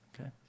Okay